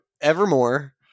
Evermore